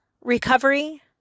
recovery